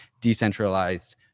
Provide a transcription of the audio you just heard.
decentralized